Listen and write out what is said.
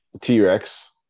T-Rex